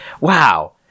wow